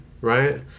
right